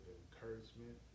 encouragement